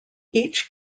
each